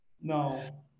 No